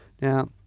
now